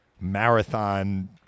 marathon